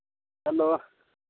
hello